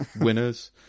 winners